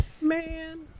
man